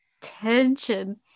tension